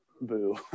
Boo